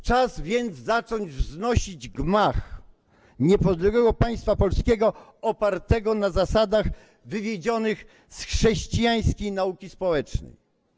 Czas więc zacząć wznosić gmach niepodległego państwa polskiego opartego na zasadach wywiedzionych z chrześcijańskiej nauki społecznej.